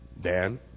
Dan